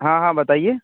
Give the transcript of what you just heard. ہاں ہاں بتائیے